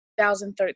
2013